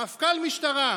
מפכ"ל משטרה,